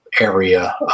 area